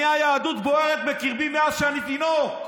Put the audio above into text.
אני, היהדות בוערת בקרבי מאז שאני תינוק.